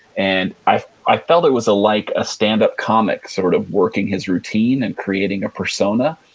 and i i felt it was like a standup comic, sort of working his routine and creating a persona.